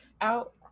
out